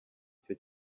icyo